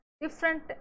different